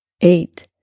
eight